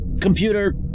Computer